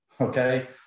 okay